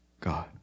God